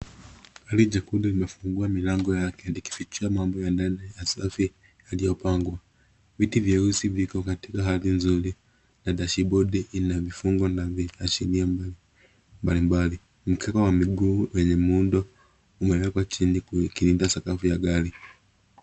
Gari jekundu limefungua milango yake likifichua mambo ya ndani hasa Viti yaliyo pangwa. Viti vyeusi viko katika hali nzuri na dashibodi ina viungo vina ashiria mbali mbali. Mkeka wa miguu wenyeuundo, umewekwa chini ukilinda sakafu ya gari.